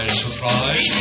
surprise